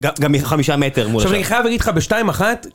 גם מחמישה מטר מול השער, עכשיו אני חייב להגיד לך בשתיים אחת...